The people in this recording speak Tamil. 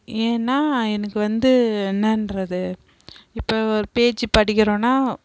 ஏன்னா எனக்கு வந்து என்னான்றது இப்போ ஒர் பேஜ்ஜி படிக்கிறோன்னா